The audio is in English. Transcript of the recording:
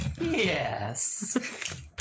Yes